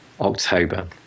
October